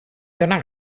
dóna